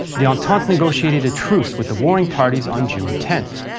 the entente negotiated a truce with the warring parties on june ten.